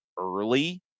early